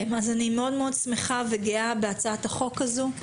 אני שמחה וגאה מאוד בהצעת החוק הזו,